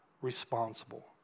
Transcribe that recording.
responsible